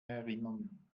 erinnern